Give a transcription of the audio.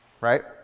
right